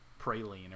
praline